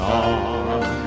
on